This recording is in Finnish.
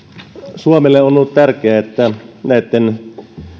suomelle on ollut tärkeää että näitten